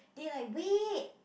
they like wait